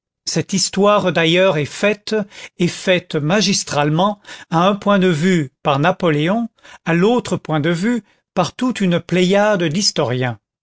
cette histoire d'ailleurs est faite et faite magistralement à un point de vue par napoléon à l'autre point de vue par toute une pléiade d'historiens